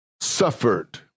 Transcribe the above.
suffered